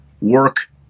work